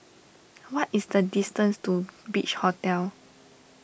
what is the distance to Beach Hotel